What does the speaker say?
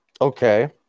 Okay